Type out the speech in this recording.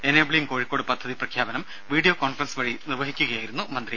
enabling Kozhikode പദ്ധതി പ്രഖ്യാപനം video conference വഴി നിർവഹിച്ച് സംസാരിക്കുകയായിരുന്നു മന്ത്രി